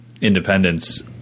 independence